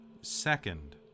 second